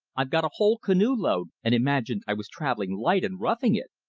i've got a whole canoe load, and imagined i was travelling light and roughing it.